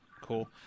Cool